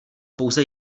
pouze